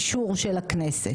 אישור של הכנסת,